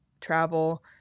travel